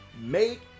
make